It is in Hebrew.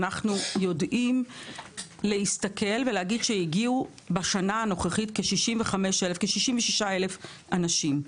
אנחנו יודעים להגיד שהגיעו בשנה הנוכחית כ-66,000 אנשים.